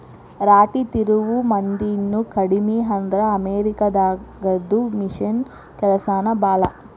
ರಾಟಿ ತಿರುವು ಮಂದಿನು ಕಡಮಿ ಆದ್ರ ಅಮೇರಿಕಾ ದಾಗದು ಮಿಷನ್ ಕೆಲಸಾನ ಭಾಳ